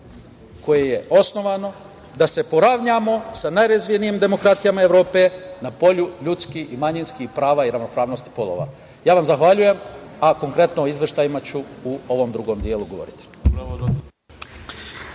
koje je osnovano, da se poravnamo sa najrazvijenijim demokratijama Evrope na polju ljudskih i manjinskih prava i ravnopravnosti polova. Ja vam zahvaljujem, a konkretno o izveštajima ću u ovom drugom delu govoriti.